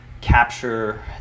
capture